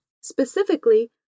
Specifically